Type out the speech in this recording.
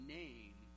name